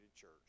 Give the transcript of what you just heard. church